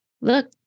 look